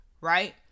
right